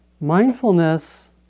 mindfulness